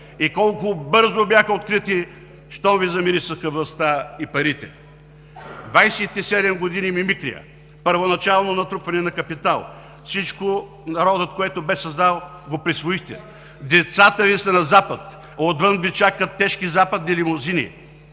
И колко бързо бяха открити, щом Ви замирисаха властта и парите. Двадесет и седем години мимикрия, първоначално натрупване на капитал, всичко, което народът бе създал, го присвоихте. Децата Ви са на Запад, отвън Ви чакат тежки западни лимузини.